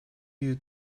you